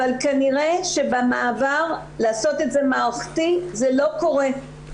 אבל כנראה שבמעבר לעשות את זה מערכתי זה לא קורה.